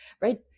right